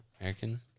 American